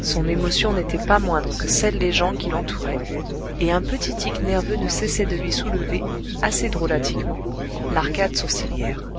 son émotion n'était pas moindre que celle des gens qui l'entouraient et un petit tic nerveux ne cessait de lui soulever assez drolatiquement l'arcade sourcilière